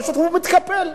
פשוט מתקפל.